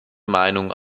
meinung